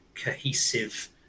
cohesive